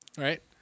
right